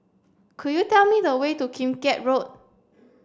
could you tell me the way to Kim Keat Road